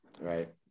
right